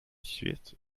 huit